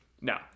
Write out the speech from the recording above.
No